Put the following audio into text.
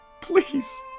Please